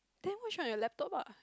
then watch on your laptop ah